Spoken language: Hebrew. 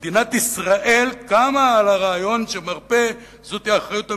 מדינת ישראל קמה על הרעיון שמרפא זה אחריות המדינה,